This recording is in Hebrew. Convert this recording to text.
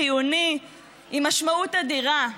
חיוני, עם משמעות אדירה,